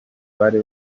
bari